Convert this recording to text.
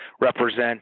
represent